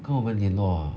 跟我们联络